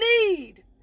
need